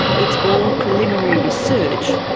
it's all preliminary research,